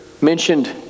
mentioned